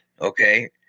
okay